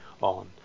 on